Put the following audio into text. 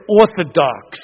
orthodox